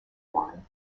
wine